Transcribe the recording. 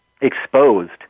exposed